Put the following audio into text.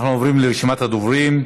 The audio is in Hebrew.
אנחנו עוברים לרשימת הדוברים.